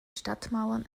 stadtmauern